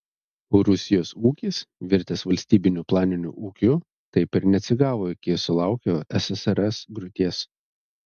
rusijos ūkis virtęs valstybiniu planiniu ūkiu taip ir neatsigavo iki sulaukė ssrs griūties